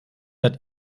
hat